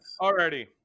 Alrighty